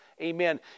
amen